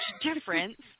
difference